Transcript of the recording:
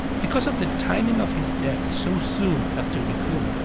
because of the timing of his death so soon after the coup,